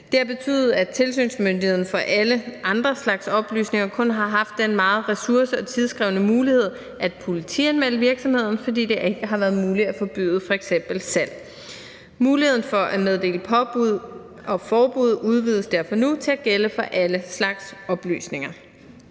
Det har betydet, at tilsynsmyndigheden i forhold til alle andre slags oplysninger kun har haft den meget ressource- og tidskrævende mulighed at politianmelde virksomheden, fordi det ikke har været muligt at forbyde f.eks. salg. Muligheden for at meddele påbud og forbud udvides derfor nu til at gælde for alle slags oplysninger.